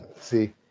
see